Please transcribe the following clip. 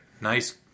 Nice